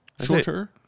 Shorter